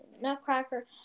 Nutcracker